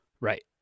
Right